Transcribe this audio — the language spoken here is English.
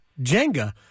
Jenga